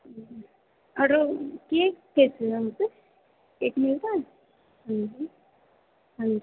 ठीक है और वह केक कैसी है वहाँ पर केक मिलता है हाँ जी है